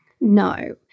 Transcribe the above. no